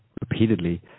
repeatedly